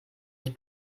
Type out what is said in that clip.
ich